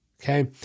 okay